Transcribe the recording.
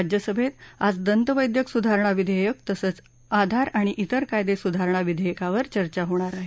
राज्यसभेत आज दंतवैद्यक सुधारणा विधेयक तसंच आधार आणि तिर कायदे सुधारणा विधेयकावर चर्चा होणार आहे